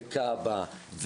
כב"א,